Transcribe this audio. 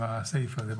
עם הסעיף הזה,